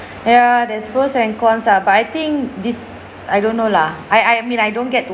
ya there's pros and cons ah but I think this I don't know lah I I mean I don't get to